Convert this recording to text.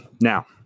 Now